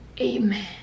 Amen